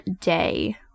day